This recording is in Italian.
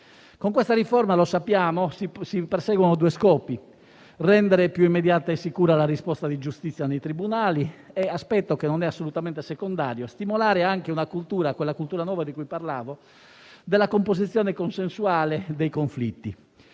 Con questa riforma - lo sappiamo - si perseguono due scopi: rendere più immediata e sicura la risposta di giustizia nei tribunali e - aspetto che non è assolutamente secondario - stimolare anche una cultura nuova, di cui parlavo, quella della composizione consensuale dei conflitti.